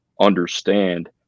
understand